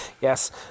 Yes